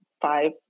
five